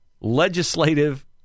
Legislative